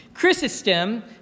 Chrysostom